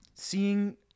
Seeing